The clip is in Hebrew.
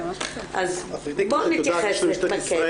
אז בוא נתמקד.